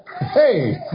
Hey